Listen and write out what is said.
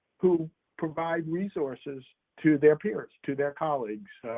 who provide resources to their peers, to their colleagues,